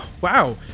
wow